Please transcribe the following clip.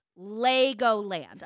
Legoland